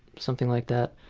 something like that.